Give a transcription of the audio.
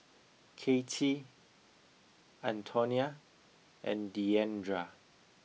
Kacie Antonia and Diandra